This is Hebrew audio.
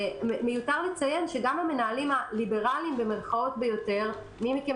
מיותר לציין שגם המנהלים ה"ליברלים" ביותר מי מכם